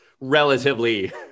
relatively